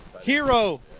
hero